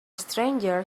stranger